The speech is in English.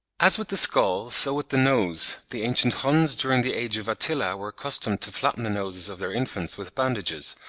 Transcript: as with the skull, so with the nose the ancient huns during the age of attila were accustomed to flatten the noses of their infants with bandages,